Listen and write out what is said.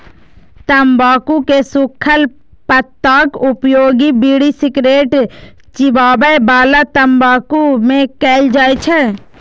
तंबाकू के सूखल पत्ताक उपयोग बीड़ी, सिगरेट, चिबाबै बला तंबाकू मे कैल जाइ छै